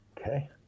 Okay